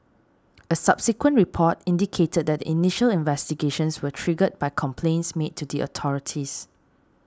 a subsequent report indicated that initial investigations were triggered by complaints made to the authorities